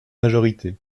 majorité